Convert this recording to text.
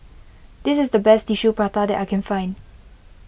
this is the best Tissue Prata that I can find